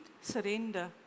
surrender